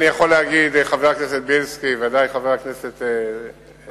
יכול להגיד לחבר הכנסת בילסקי ובוודאי לחבר הכנסת והבה: